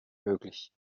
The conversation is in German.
möglich